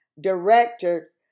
director